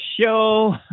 Show